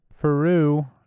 Peru